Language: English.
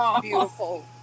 beautiful